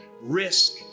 Risk